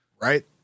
Right